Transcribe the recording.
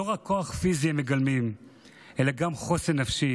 לא רק כוח פיזי הם מגלמים אלא גם חוסן נפשי.